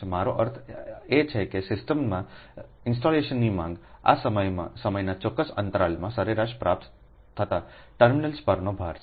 મારો અર્થ એ છે કે સિસ્ટમના ઇન્સ્ટોલેશનની માંગ એસમયનાચોક્કસઅંતરાલમાંસરેરાશ પ્રાપ્ત થતા ટર્મિનલ્સ પરનો ભાર છે